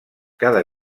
cada